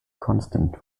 constant